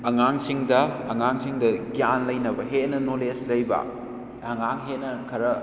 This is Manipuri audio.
ꯑꯉꯥꯡꯁꯤꯡꯗ ꯑꯉꯥꯡꯁꯤꯡꯗ ꯒ꯭ꯌꯥꯟ ꯂꯩꯅꯕ ꯍꯦꯟꯅ ꯅꯣꯂꯦꯖ ꯂꯩꯕ ꯑꯉꯥꯡ ꯍꯦꯟꯅ ꯈꯔ